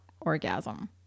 orgasm